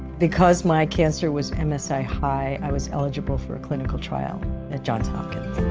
because my cancer was msi-high i was eligible for a clinical trial at johns hopkins.